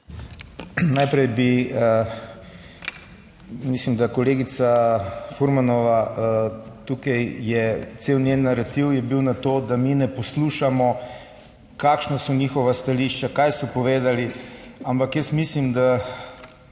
Najprej bi, mislim, da kolegica Furmanova, tukaj je cel njen narativ, je bil na to, da mi ne poslušamo kakšna so njihova stališča, kaj so povedali, ampak jaz mislim, da